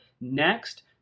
Next